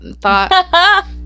thought